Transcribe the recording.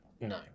No